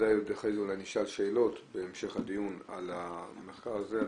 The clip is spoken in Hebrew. אחרי זה נשאל שאלות בהמשך הדיון על המחקר זה.